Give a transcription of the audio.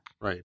Right